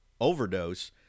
overdose